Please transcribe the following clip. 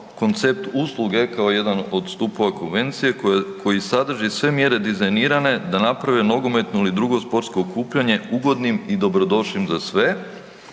koncept usluge kao jedan od stupova konvencije koji sadrži sve mjere dizajnirane da napravi nogometnu ili drugu sportsko okupljanje ugodnim i dobrodošlim za sve